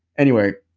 anyway,